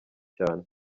cyane